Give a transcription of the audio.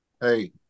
Hey